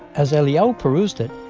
as eliyahu perused it,